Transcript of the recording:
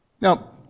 Now